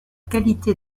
qualité